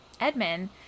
Edmund